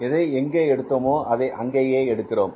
எதை எங்கே எடுத்தோமோ அதை அங்கேயே எடுக்கிறோம்